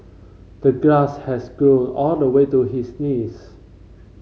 the grass has grown all the way to his knees